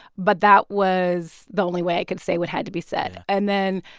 but that was the only way i could say what had to be said. and then,